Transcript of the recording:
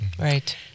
Right